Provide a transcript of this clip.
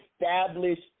established